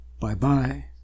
Bye-bye